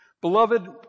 Beloved